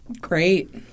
Great